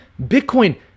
Bitcoin